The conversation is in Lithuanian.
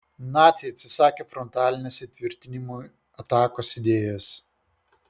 naciai atsisakė frontalinės įtvirtinimų atakos idėjos